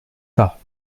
pas